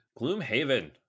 Gloomhaven